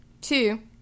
two